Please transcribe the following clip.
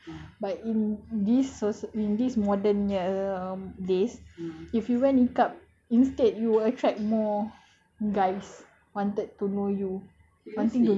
stop getting attention from guys right but in these sos~ in this modern nya days if you wear niqab instead you attract more guys